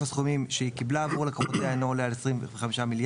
הסכומים שהיא קיבלה עבור לקוחותיה אינו עולה על 25 מיליארד,